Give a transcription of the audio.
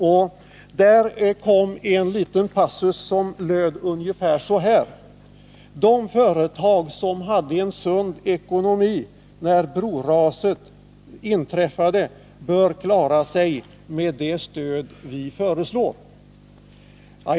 Och där kom en liten passus som löd ungefär så här: De företag som hade en sund ekonomi när broraset inträffade bör klara sig med det stöd vi föreslår.